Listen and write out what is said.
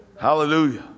hallelujah